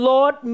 Lord